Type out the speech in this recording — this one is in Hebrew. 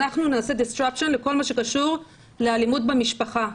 אנחנו נעשה דיסטרקשן לכל מה שקשור לאלימות במשפחה.